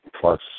plus